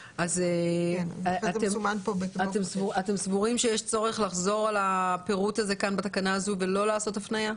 אתם סבורים שיש צורך לחזור על הפירוט הזה בתקנה הזו ולא לעשות הפנייה?